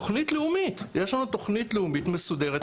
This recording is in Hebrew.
אנחנו הצענו תוכנית לאומית יש לנו תוכנית לאומית מסודרת,